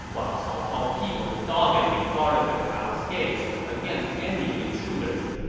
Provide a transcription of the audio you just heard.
while cao cao's people doggedly guarded the palace gates against any intruders.